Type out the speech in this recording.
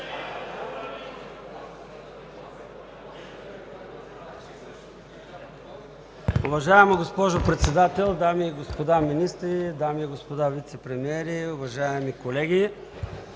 Уважаема госпожо Председател, дами и господа министри, дами и господа вицепремиери, уважаеми колеги!